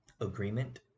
agreement